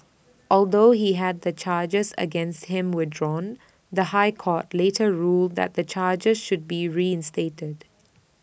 although he had the charges against him withdrawn the High Court later ruled that the charges should be reinstated